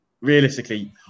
Realistically